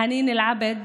חנין אל-עבד,